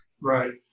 Right